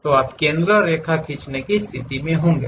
तो आप एक केंद्र रेखा खींचने की स्थिति में होंगे